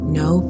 no